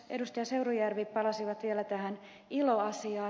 seurujärvi palasivat vielä tähän ilo asiaan